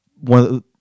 one